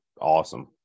awesome